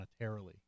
monetarily